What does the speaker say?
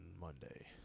Monday